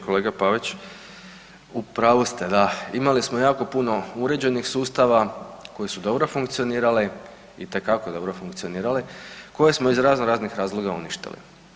Kolega Pavić u pravu ste da, imali smo jako puno uređenih sustava koji su dobro funkcionirali, itekako dobro funkcionirali koje smo iz raznoraznih razloga uništili.